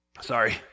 sorry